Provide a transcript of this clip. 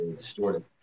distorted